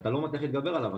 שאתה לא מצליח להתגבר עליו.